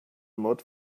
mod